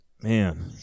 Man